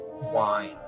wine